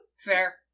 fair